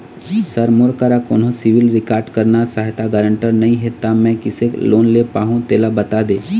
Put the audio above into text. sir मोर करा कोन्हो सिविल रिकॉर्ड करना सहायता गारंटर नई हे ता मे किसे लोन ले पाहुं तेला बता दे